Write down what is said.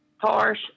harsh